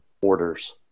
orders